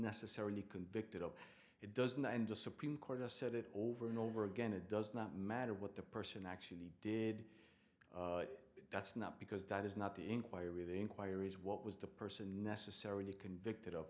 necessarily convicted of it doesn't and the supreme court has said it over and over again it does not matter what the person actually did that's not because that is not the inquiry the inquiries what was the person necessarily convicted of